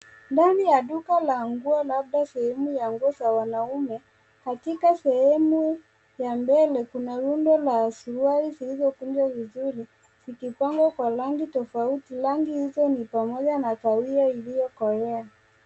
Ndani ya duka la nguo labda sehemu ya nguo za wanaume katika sehemu ya mbele na kuna rundo la suruali zilizokunjwa vizuri zikipangwa kwa rangi tofauti.